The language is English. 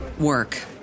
work